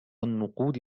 النقود